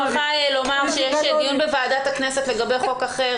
יש דיון בוועדת הכנסת לגבי חוק אחר,